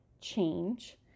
change